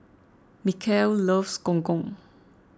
Mikel loves Gong Gong